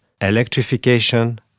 electrification